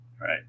right